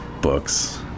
Books